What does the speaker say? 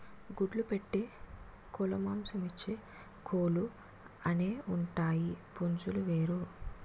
గుడ్లు పెట్టే కోలుమాంసమిచ్చే కోలు అనేవుంటాయి పుంజులు వేరు